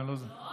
אם אני לא טועה,